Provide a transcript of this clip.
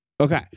Okay